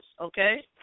okay